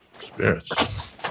Spirits